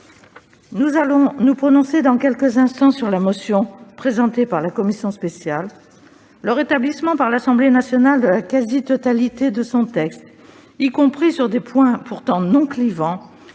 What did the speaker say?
Nous allons nous prononcer dans quelques instants sur la motion déposée par la commission spéciale. Le rétablissement par l'Assemblée nationale de la quasi-totalité de son texte, y compris sur des points pourtant non clivants,